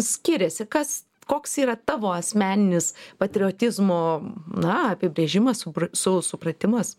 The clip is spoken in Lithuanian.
skiriasi kas koks yra tavo asmeninis patriotizmo na apibrėžimas su supratimas